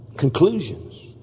Conclusions